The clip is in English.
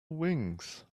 wings